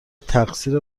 تقصیر